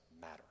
matter